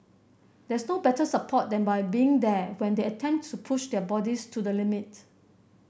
there's no better support than by being there when they attempt to push their bodies to the limit